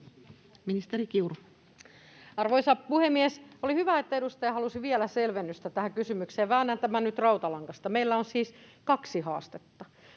Ministeri Kiuru. Arvoisa puhemies! Oli hyvä, että edustaja halusi vielä selvennystä tähän kysymykseen. Väännän tämän nyt rautalangasta: Meillä on siis kaksi haastetta.